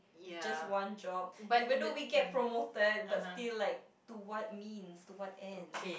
just one job even though we get promoted but still like to what means to what ends